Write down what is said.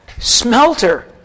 Smelter